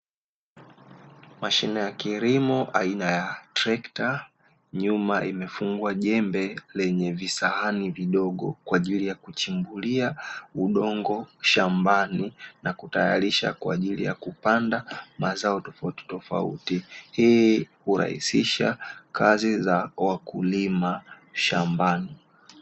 Mashine ya kilimo aina ya trekta nyuma imefungwa jembe lenye visahani vidogo kwa ajili ya kuchimbulia udongo shambani na kutayarishwa kwa ajili ya kupanda mazao tofautitofauti, hii hurahisisha kazi za wakulima shambani.